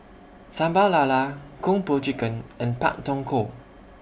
Sambal Lala Kung Po Chicken and Pak Thong Ko